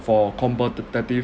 for competitive